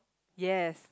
yes